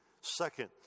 Second